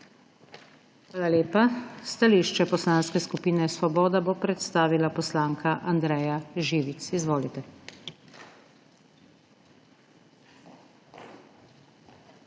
Hvala lepa. Stališče Poslanske skupine Svoboda bo predstavila poslanka Andreja Živic. Izvolite.